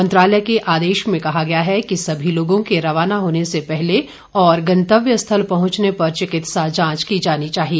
मंत्रालय के आदेश में कहा गया है कि सभी लोगों के रवाना होने से पहले और गंतव्य स्थल पहुंचने पर चिकित्सा जांच की जानी चाहिए